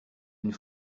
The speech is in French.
une